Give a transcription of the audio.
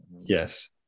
Yes